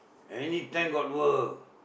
anytime got work